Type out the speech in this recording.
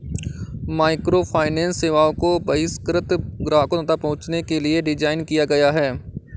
microfinance सेवाओं को बहिष्कृत ग्राहकों तक पहुंचने के लिए डिज़ाइन किया गया है